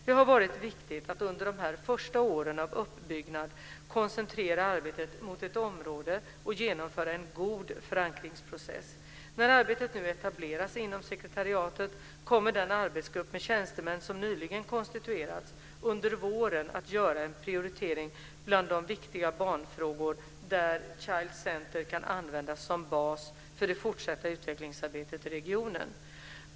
Det har varit viktigt att under de här första åren av uppbyggnad koncentrera arbetet mot ett område och genomföra en god förankringsprocess. När arbetet nu etableras inom sekretariatet kommer den arbetsgrupp med tjänstemän som nyligen konstituerats, under våren att göra en prioritering bland viktiga barnfrågor där Child Centre kan användas som bas för det fortsatta utvecklingsarbetet i regionen.